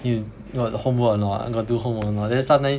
you know like the homework or not you got do homework or not then sometimes